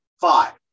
five